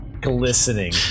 glistening